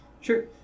Sure